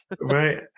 Right